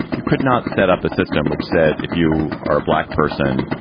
you could not set up a system which said if you are a black person,